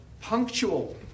punctual